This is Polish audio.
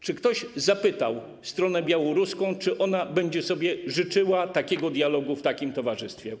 Czy ktoś zapytał stronę białoruską, czy ona będzie sobie życzyła dialogu w takim towarzystwie?